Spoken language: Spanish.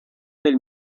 del